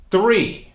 three